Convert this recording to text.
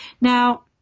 Now